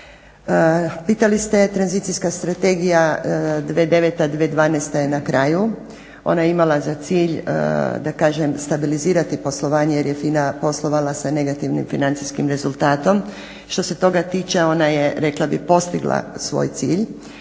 Pitali ste tranzicijska strategija 2009.-2012. je na kraju. Ona je imala za cilj da kažem stabilizirati poslovanje jer je FINA poslovala sa negativnim financijskim rezultatom. Što se toga tiče ona je rekla bih postigla svoj cilj